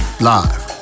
live